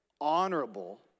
honorable